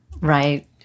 Right